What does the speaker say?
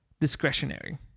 discretionary